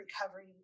recovery